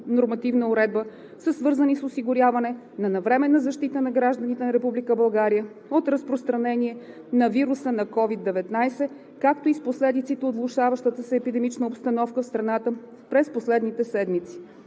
са свързани с осигуряване на навременна защита на гражданите на Република България от разпространение на вируса COVID-19, както и с последиците от влошаващата се епидемична обстановка в страната през последните седмици.